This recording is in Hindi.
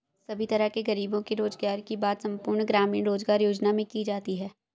सभी तरह के गरीबों के रोजगार की बात संपूर्ण ग्रामीण रोजगार योजना में की जाती है